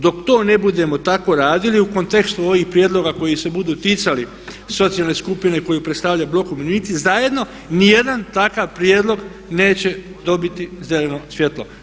Dok to ne budemo tako radili u kontekstu ovih prijedloga koji se budu ticali socijalne skupine koju predstavlja Blok umirovljenici zajedno ni jedan takva prijedlog neće dobiti zeleno svjetlo.